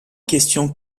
question